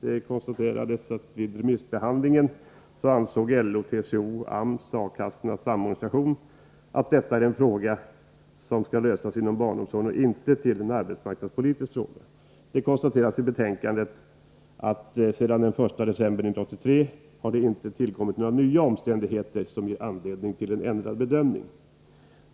Det kan konstateras att vid remissbehandlingen ansåg LO, TCO, AMS och A-kassornas Samorganisation att detta är en fråga som skall lösas inom barnomsorgen och inte göras till en arbetsmarknadspolitisk fråga. Det framhålls i betänkandet att det sedan den 1 december 1983 inte har tillkommit några nya omständigheter som ger anledning till en ändrad bedömning.